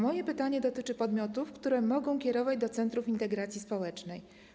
Moje pytanie dotyczy podmiotów, które mogą kierować do centrów integracji społecznej.